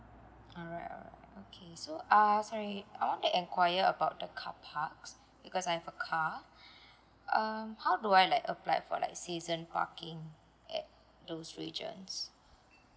alright alright okay so uh sorry I want to enquire about the car park because I have a car um how do I like apply for like season parking at those regions